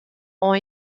ont